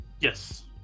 yes